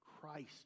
Christ